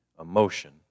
emotion